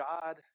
God